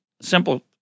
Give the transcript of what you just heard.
simple –